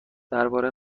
درباره